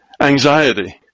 anxiety